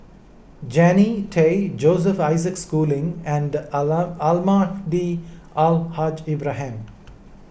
Jannie Tay Joseph Isaac Schooling and alarm Almahdi Al Haj Ibrahim